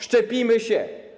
Szczepimy się.